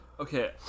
Okay